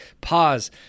pause